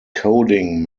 coding